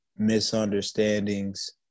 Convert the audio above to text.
misunderstandings